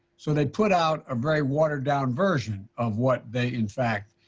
so they put out a very watered-down version of what they, in fact,